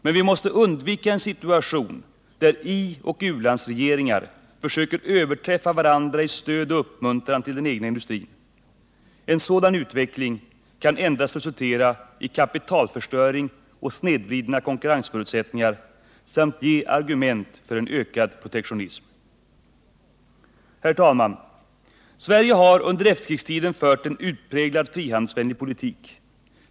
Men vi måste undvika en situation där ioch u-landsregeringar försöker överträffa varandra i stöd och uppmuntran till den egna industrin. En sådan utveckling kan endast resultera i kapitalförstöring och snedvrida konkurrensförutsättningarna samt ge argument för en ökad protektionism. Herr talman! Sverige har under efterkrigstiden fört en utpräglat frihandelsvänlig politik.